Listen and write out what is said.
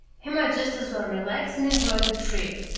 he might just as well relax and enjoy the trip.